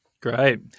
Great